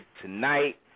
tonight